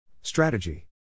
Strategy